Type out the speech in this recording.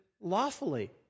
lawfully